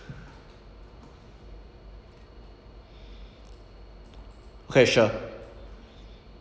okay sure